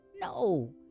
no